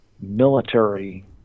military